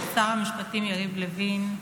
לשר המשפטים יריב לוין,